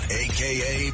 aka